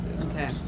Okay